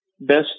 best